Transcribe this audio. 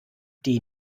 die